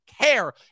care